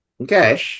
Okay